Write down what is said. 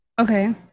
Okay